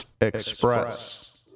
Express